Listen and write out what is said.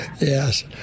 Yes